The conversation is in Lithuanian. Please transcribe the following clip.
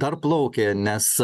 dar plaukia nes